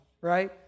right